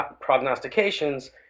prognostications